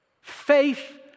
Faith